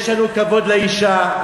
יש לנו כבוד לאישה,